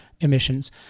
emissions